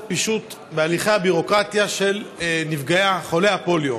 פישוט בהליכי הביורוקרטיה של חולי הפוליו.